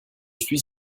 suis